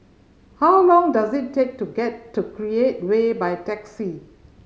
how long does it take to get to Create Way by taxi